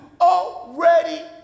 already